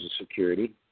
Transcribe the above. security